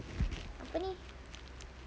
apa ni